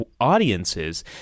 Audiences